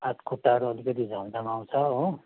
हातखुट्टाहरू अलिकति झम्झमाउँँछ हो